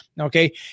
Okay